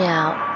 out